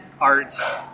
arts